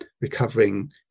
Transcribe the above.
recovering